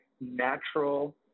natural